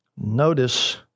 Notice